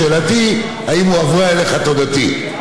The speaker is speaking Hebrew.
שאלתי: האם הועברה אליך תודתי?